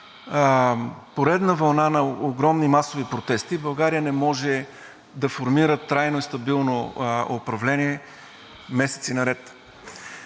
поредна вълна на огромни масови протести България не може да формира трайно и стабилно управление месеци наред.